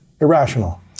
irrational